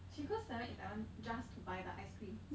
she go Seven Eleven just to buy the ice cream